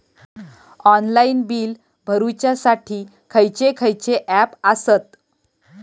Online bill भरुच्यासाठी खयचे खयचे ऍप आसत?